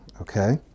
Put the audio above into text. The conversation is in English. okay